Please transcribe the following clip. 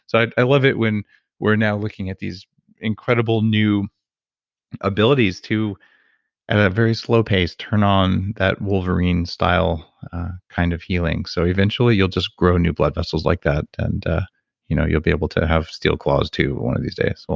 so i love it when we're now looking at these incredible new abilities abilities to, at a very slow pace, turn on that wolverinestyle kind of healing. so eventually you'll just grow new blood vessels like that and you know you'll be able to have steel claws too one of these days. so